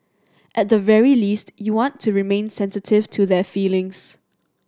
at the very least you want to remain sensitive to their feelings